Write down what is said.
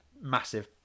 massive